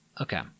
okay